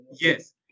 Yes